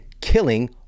killing